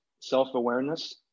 self-awareness